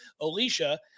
Alicia